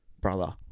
brother